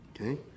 okay